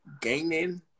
gaining